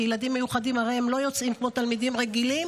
כי הרי ילדים מיוחדים לא יוצאים כמו תלמידים רגילים.